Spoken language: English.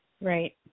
Right